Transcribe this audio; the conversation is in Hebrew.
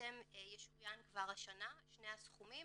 בעצם ישוריינו כבר השנה שני הסכומים,